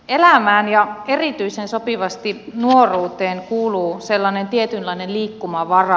elämään ja erityisen sopivasti nuoruuteen kuuluu sellainen tietynlainen liikkumavara